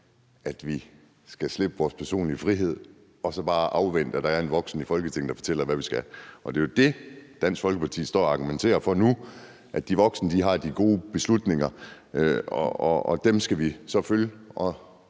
at vi skal give slip på vores personlige frihed og så bare afvente, at der er en voksen i Folketinget, der fortæller os, hvad vi skal. Det er jo det, Dansk Folkepartis ordfører står og argumenterer for nu, nemlig at de voksne tager de gode beslutninger, og dem skal vi så følge.